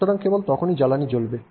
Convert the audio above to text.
সুতরাং কেবল তখনই জ্বালানী জ্বলবে